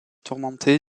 tourmenté